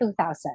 2000